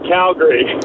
Calgary